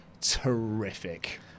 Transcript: terrific